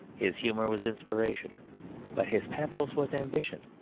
his humour was inspiration but his pathos was ambition.